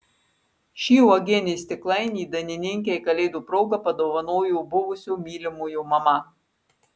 šį uogienės stiklainį dainininkei kalėdų proga padovanojo buvusio mylimojo mama